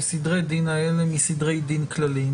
סדרי הדין האלה מסדרי דין כלליים.